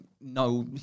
no